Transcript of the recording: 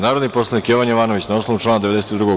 Narodni poslanik Jovan Jovanović, na osnovu člana 92.